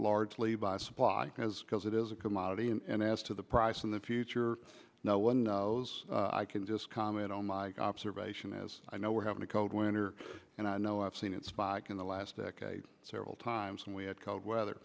largely by supply as because it is a commodity and as to the price in the future when i can just comment on my observation as i know we're having a cold winter and i know i've seen it spike in the last decade several times and we had cold weather